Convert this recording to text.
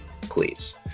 please